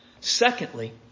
Secondly